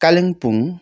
Kalimpong